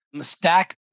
stack